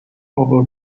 over